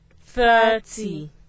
thirty